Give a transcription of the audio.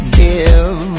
give